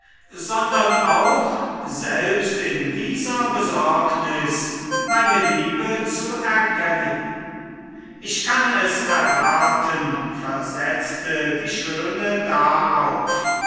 sondern auch selbst in dieser besorgnis meine liebe zu erkennen ich kann es erraten versetzte die schöne darauf